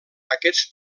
aquests